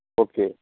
okay